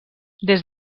des